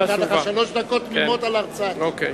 היו לך שלוש דקות תמימות על הרצאתי.